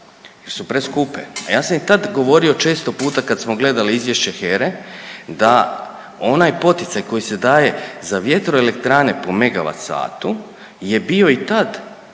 jer su preskupe, a ja sam i tad govorio često puta kad smo gledali izvješće HERE da onaj poticaj koji se daje za vjetroelektrane po megavat satu je bio i tad